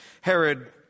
Herod